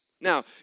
Now